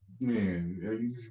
man